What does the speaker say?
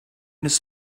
his